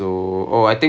ah அதான்:athaan